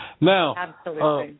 Now